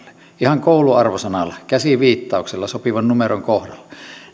ihan kouluarvosanalla käsiviittauksella sopivan numeron kohdalla